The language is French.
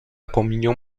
communion